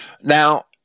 Now